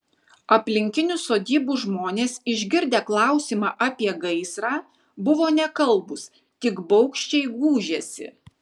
aplinkinių sodybų žmonės išgirdę klausimą apie gaisrą buvo nekalbūs tik baugščiai gūžėsi